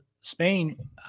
Spain